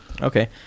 Okay